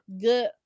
good